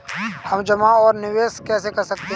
हम जमा और निवेश कैसे कर सकते हैं?